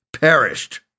perished